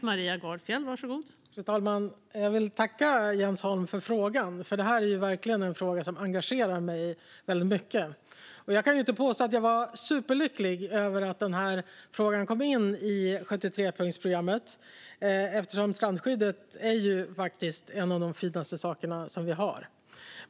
Fru talman! Jag vill tacka Jens Holm för frågan. Det här är verkligen en fråga som engagerar mig mycket. Jag kan inte påstå att jag var superlycklig över att den här frågan kom in i 73-punktsprogrammet. Strandskyddet är ju en av de finaste saker vi har.